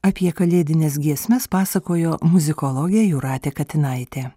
apie kalėdines giesmes pasakojo muzikologė jūratė katinaitė